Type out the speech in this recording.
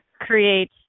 create